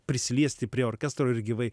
prisiliesti prie orkestro ir gyvai